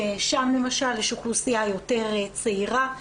ששם למשל יש אוכלוסייה יותר צעירה,